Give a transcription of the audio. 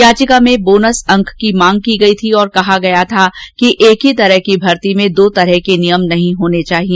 याचिका में बोनस अंक की मांग की गई थी और कहा गया था कि एक तरह की भर्ती में दो तरह के नियम नहीं होने चाहिए